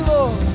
Lord